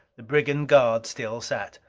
the brigand guard still sat.